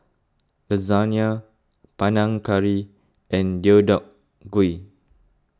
Lasagna Panang Curry and Deodeok Gui